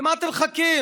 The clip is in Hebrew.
למה אתם מחכים?